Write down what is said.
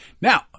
Now